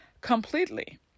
completely